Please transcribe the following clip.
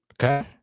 Okay